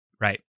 right